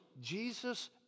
Jesus